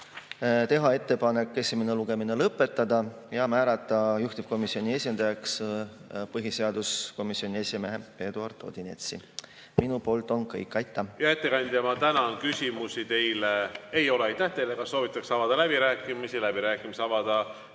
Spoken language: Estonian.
teha ettepanek esimene lugemine lõpetada ja määrata juhtivkomisjoni esindajaks põhiseaduskomisjoni esimees Eduard Odinets. Minu poolt on kõik. Aitäh! Hea ettekandja, ma tänan! Küsimusi teile ei ole. Aitäh teile! Kas soovitakse avada läbirääkimisi? Läbirääkimisi avada